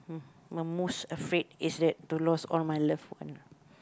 my most afraid is that to lost all my loved one